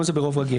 רשם בכיר וכן הלאה?